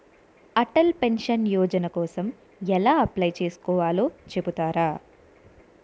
Atal pension Yojana కోసం ఎలా apply చేసుకోవాలో చెపుతారా?